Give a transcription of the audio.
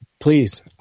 Please